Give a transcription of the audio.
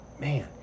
man